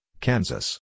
Kansas